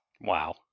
wow